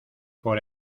por